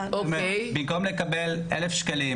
במקום לקבל 1000 ₪,